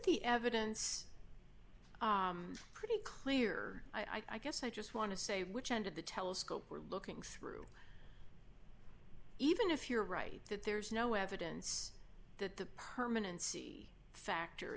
the evidence pretty clear i guess i just want to say which end of the telescope we're looking through even if you're right that there's no evidence that the permanency factor